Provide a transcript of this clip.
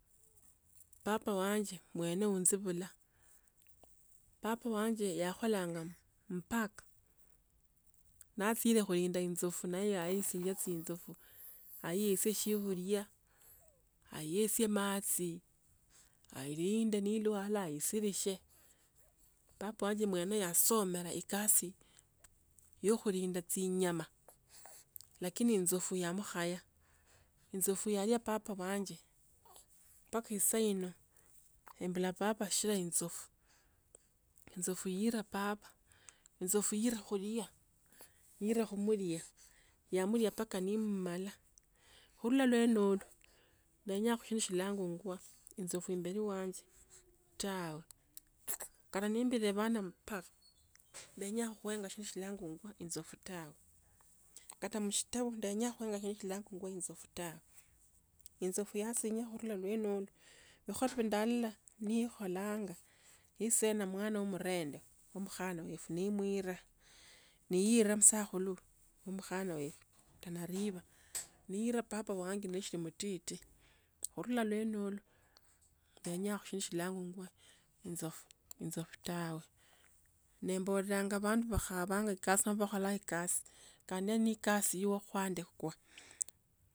Papa wanje mwene unzivula. Papa wanje yakholanga mu park natsire khuyinda inzofu niye yayisinja tsinzofu ayisia shokhulya, oyisio matsi airinde nilwala aisirishe, papa wanje mwene yasomara ekasi yokhulinda tsinyama lakini inzofu ya mukhaya, inzofu yira papa wanje, papi saina embula papa shera inzofu, inzofu yira papa, inzofu yira khulia yira khumulya, yamulya mpaka ni imumala. Khurula iwenolo ndenyaa shindu shilangwangwa inzofu imberi wanje tawe. Kata ni mbire avona mu park ndenya khuenya shindu shilangwangwa inzofu tawe. Kata mshtawe ndenya inzofu tawe. Inzofu yasinya khurula iwenolo likhola lya ndalola nikholanga nisona mwana wa murende wo mukhana wetu ni mwira ni yira musakhulu wo mukhana weru tana river. Niyira papa wanje neshiri mutiti khurula lwenolo ndenyakho shindu shilangwangwa inzofu. Inzofu tawe nemburanga vandu vakhalanga e kasi nomba vakholanga e kasi khandi yeneyo yokhuandikwa.